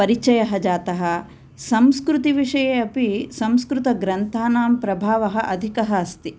परिचयः जातः संस्कृतिविषये अपि संस्कृतग्रन्थानां प्रभावः अधिकः अस्ति